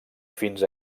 fins